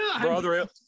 Brother